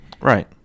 Right